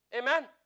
Amen